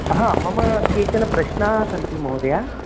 हा मम केचन प्रश्नाः सन्ति महोदये